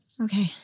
Okay